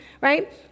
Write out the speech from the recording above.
right